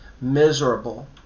miserable